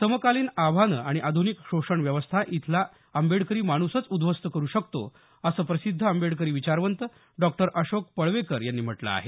समकालीन आव्हानं आणि आध्निक शोषण व्यवस्था इथला आंबेडकरी माणूसच उद्ध्वस्त करु शकतो असं प्रसिद्ध आंबेडकरी विचारवंत डॉक्टर अशोक पळवेकर यांनी म्हटलं आहे